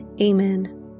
Amen